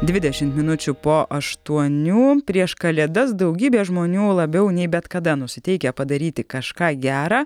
dvidešimt minučių po aštuonių prieš kalėdas daugybė žmonių labiau nei bet kada nusiteikę padaryti kažką gera